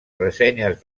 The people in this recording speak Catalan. ressenyes